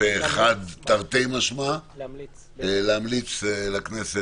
פה אחד תרתי משמע להמליץ לכנסת